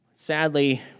Sadly